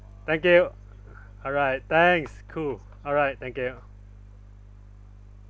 thank you alright thanks cool alright thank you